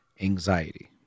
anxiety